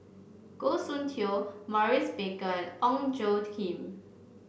Goh Soon Tioe Maurice Baker and Ong Tjoe Kim